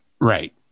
Right